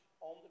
on